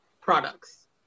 products